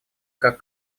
как